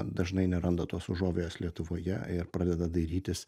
dažnai neranda tos užuovėjos lietuvoje ir pradeda dairytis